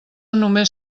només